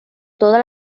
toda